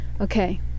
Okay